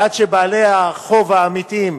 ועד שבעלי החוב האמיתיים,